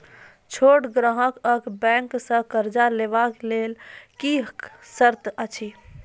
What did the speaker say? छोट ग्राहक कअ बैंक सऽ कर्ज लेवाक लेल की सर्त अछि?